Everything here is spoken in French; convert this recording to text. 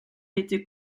été